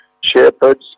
shepherds